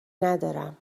ندارم